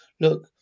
Look